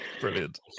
Brilliant